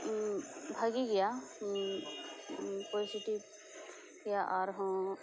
ᱵᱷᱟᱹᱜᱤ ᱜᱮᱭᱟ ᱯᱚᱨᱤᱪᱤᱛᱤ ᱨᱮᱭᱟᱜ ᱟᱨᱦᱚᱸ